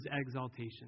exaltation